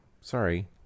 sorry